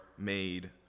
made